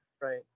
Right